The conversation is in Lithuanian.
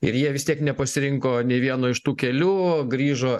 ir jie vis tiek nepasirinko nei vieno iš tų kelių grįžo